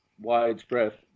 widespread